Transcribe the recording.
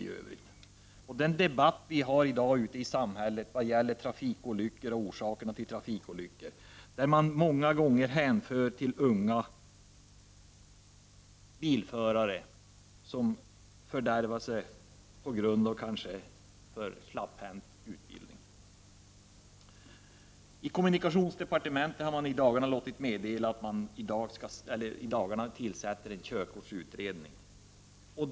I den debatt som vi i dag har ute i samhället om det ökade antalet trafikolyckor hänför man många gånger orsakerna till dem till unga bilförare, som fördärvar sig, kanske på grund av för slapphänt utbildning. Kommunikationsdepartementet har låtit meddela att man i dagarna till sätter en körkortsutredning.